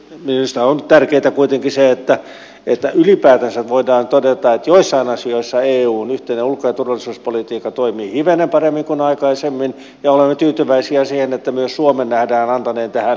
minusta on tärkeätä kuitenkin se että ylipäätänsä voidaan todeta että joissain asioissa eun yhteinen ulko ja turvallisuuspolitiikka toimii hivenen paremmin kuin aikaisemmin ja olemme tyytyväisiä siihen että myös suomen nähdään antaneen tähän positiivisen panoksensa